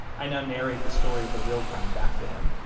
i now narrate the story of the real crime back to him,